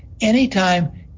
anytime